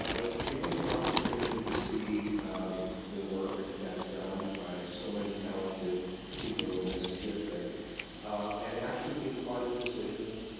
ah but getting an opportunity to see the work that's done by so many talented people in this district and actually being part of decisions,